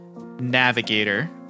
navigator